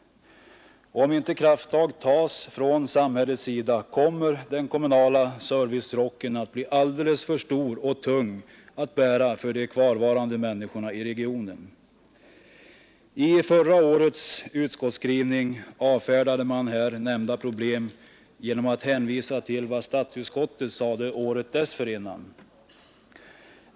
Och om inte krafttag tas från samhällets sida kommer den kommunala servicerocken att bli alldeles för stor och tung att bära för de kvarvarande människorna i regionen. I förra årets utskottsskrivning avfärdade man här nämnda problem genom att hänvisa till vad statsutskottet sade året dessförinnan.